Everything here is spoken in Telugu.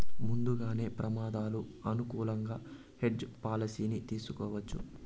ముందుగానే ప్రమాదాలు అనుకూలంగా హెడ్జ్ పాలసీని తీసుకోవచ్చు